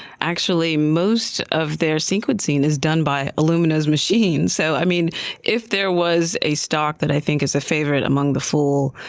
actually, most of their sequencing is done by illumina's machines. so i mean if there was a stock that i think is a favorite among the fool,